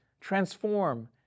transform